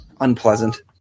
unpleasant